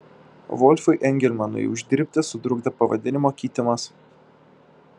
volfui engelmanui uždirbti sutrukdė pavadinimo keitimas